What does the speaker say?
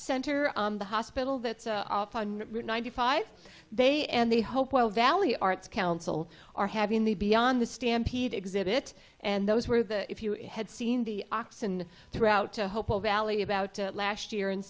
center the hospital that's ninety five they and they hope well valley arts council are having the beyond the stampede exhibit and those were the if you had seen the oxen throughout the hopeful valley about last year and